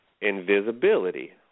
invisibility